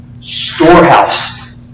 storehouse